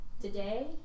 today